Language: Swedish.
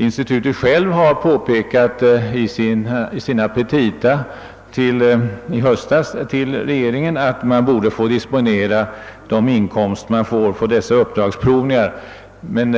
Institutet har redan i sina petita i höstas påpekat att man borde få disponera de inkomster man får för dessa uppdragsprovningar, men